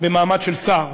סגן השר במעמד של שר,